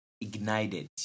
ignited